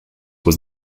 was